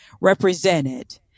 represented